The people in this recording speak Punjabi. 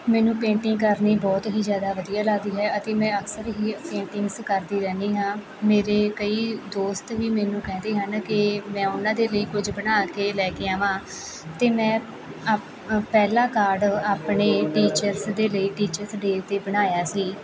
ਮੈਨੂੰ ਪੇਂਟਿੰਗ ਕਰਨੀ ਬਹੁਤ ਹੀ ਜ਼ਿਆਦਾ ਵਧੀਆ ਲੱਗਦੀ ਹੈ ਅਤੇ ਮੈਂ ਅਕਸਰ ਹੀ ਪੇਂਟਿੰਗਜ਼ ਕਰਦੀ ਰਹਿੰਦੀ ਹਾਂ ਮੇਰੇ ਕਈ ਦੋਸਤ ਵੀ ਮੈਨੂੰ ਕਹਿੰਦੇ ਹਨ ਕਿ ਮੈਂ ਉਹਨਾਂ ਦੇ ਲਈ ਕੁਝ ਬਣਾ ਕੇ ਲੈ ਕੇ ਆਵਾਂ ਅਤੇ ਮੈਂ ਆ ਪਹਿਲਾਂ ਕਾਰਡ ਆਪਣੇ ਟੀਚਰਸ ਦੇ ਲਈ ਟੀਚਰਸ ਡੇ 'ਤੇ ਬਣਾਇਆ ਸੀ